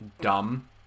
dumb